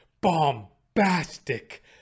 bombastic